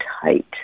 tight